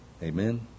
Amen